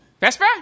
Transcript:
Vesper